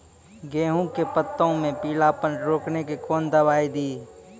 गेहूँ के पत्तों मे पीलापन रोकने के कौन दवाई दी?